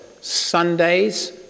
Sundays